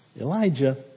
Elijah